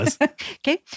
Okay